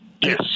Yes